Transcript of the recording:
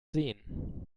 sehen